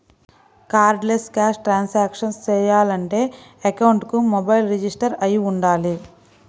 cardless cash transactions చెయ్యాలంటే అకౌంట్కి mobile register అయ్యి వుండాలి